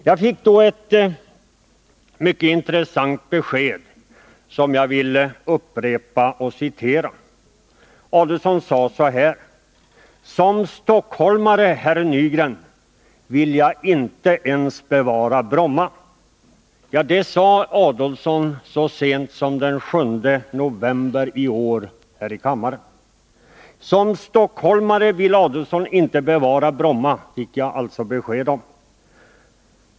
Jag fick då ett mycket intressant besked som jag vill upprepa. Ulf Adelsohn sade så här: ”Som stockholmare, herr Nygren, vill jag inte ens bevara Bromma.” Detta sade alltså Ulf Adelsohn så sent som den 7 november i år. Som stockholmare vill Ulf Adelsohn inte bevara Bromma, fick jag besked om.